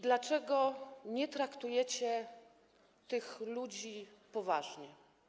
Dlaczego nie traktujecie tych ludzi poważnie?